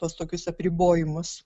tuos tokius apribojimus